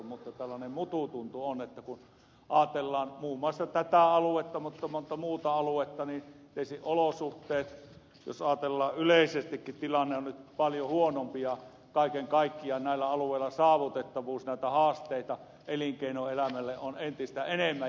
mutta tällainen mutu tuntu on kun ajatellaan muun muassa tätä aluetta mutta monta muuta aluetta että tilanne jos ajatellaan yleisestikin on nyt paljon huonompi ja kaiken kaikkiaan näillä alueilla saavutettavuus näitä haasteita elinkeinoelämälle on entistä enemmän